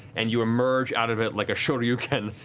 and you emerge out of it like a shoryuken,